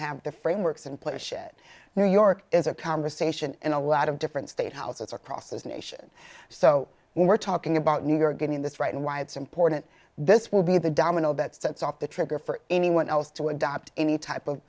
have the frameworks and push it new york is a conversation in a lot of different state houses across this nation so we're talking about new york getting this right and why it's important this will be the domino that sets off the trigger for anyone else to adopt any type of